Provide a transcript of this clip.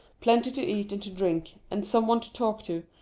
plenty to eat and to drink, and some one to talk to,